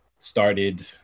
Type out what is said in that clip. Started